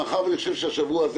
מאחר שאני חושב ששבוע זה,